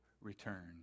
return